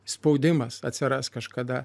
spaudimas atsiras kažkada